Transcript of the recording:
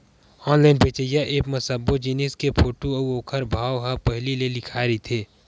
online बेचइया app म सब्बो जिनिस के फोटू अउ ओखर भाव ह पहिली ले लिखाए रहिथे